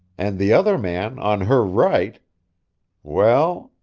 and the other man on her right well,